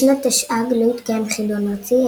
בשנת תשע"ג לא התקיים חידון ארצי,